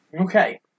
Okay